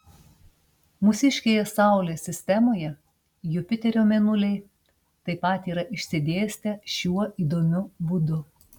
mūsiškėje saulės sistemoje jupiterio mėnuliai taip pat yra išsidėstę šiuo įdomiu būdu